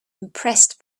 impressed